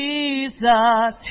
Jesus